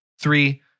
Three